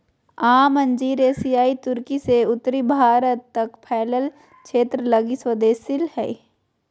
आम अंजीर एशियाई तुर्की से उत्तरी भारत तक फैलल क्षेत्र लगी स्वदेशी हइ